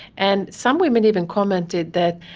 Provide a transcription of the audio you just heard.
and some women even commented that,